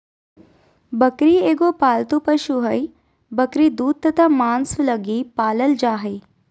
बकरी एगो पालतू पशु हइ, बकरी दूध तथा मांस लगी पालल जा हइ